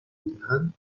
بودن